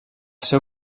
seu